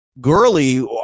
Gurley